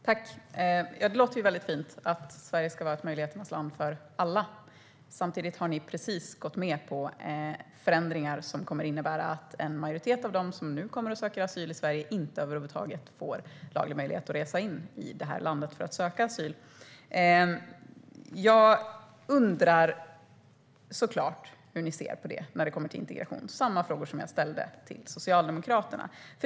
Herr talman! Det låter väldigt fint att Sverige ska vara ett möjligheternas land för alla. Samtidigt har ni precis gått med på förändringar, Magda Rasmusson, som kommer att innebära att en majoritet av de som nu kommer för att söka asyl i Sverige inte kommer att få laglig möjlighet att resa in för att söka asyl. Jag undrar såklart hur ni ser på det, när det kommer till integration. Jag ställde samma fråga till Socialdemokraterna.